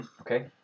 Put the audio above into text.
Okay